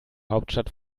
hauptstadt